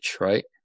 right